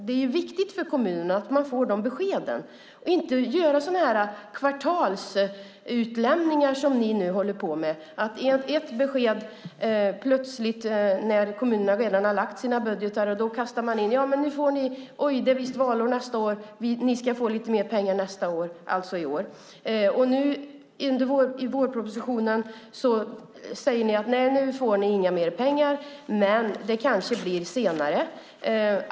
Det är viktigt för kommunerna att få besked om att det inte blir kvartalsutlämningar, vilket ni nu håller på med. När kommunerna redan lagt fram sina budgetar kommer det plötsligt besked. Då kastar man in att det är valår och att kommunerna ska få lite mer pengar nästa år, alltså i år. I vårpropositionen säger ni visserligen att de inte får mer pengar, men det kanske kommer senare.